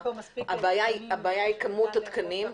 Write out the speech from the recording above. הבעיה היא כמות התקנים.